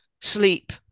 sleep